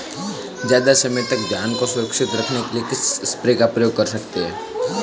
ज़्यादा समय तक धान को सुरक्षित रखने के लिए किस स्प्रे का प्रयोग कर सकते हैं?